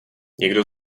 někdo